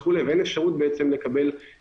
אתה פשוט מונע את הצורך להגיע לגל השני או